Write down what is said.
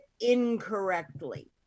incorrectly